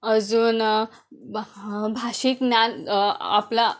अजून भा भाषिक ज्ञान आपला